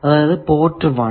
അതായത് പോർട്ട് 1